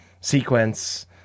sequence